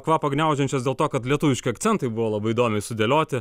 kvapą gniaužiančios dėl to kad lietuviški akcentai buvo labai įdomiai sudėlioti